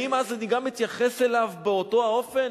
האם אז אני גם אתייחס אליו באותו אופן?